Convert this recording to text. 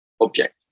object